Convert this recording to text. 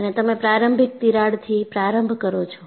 અને તમે પ્રારંભિક તિરાડથી પ્રારંભ કરો છો